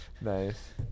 Nice